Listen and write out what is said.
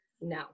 No